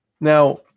Now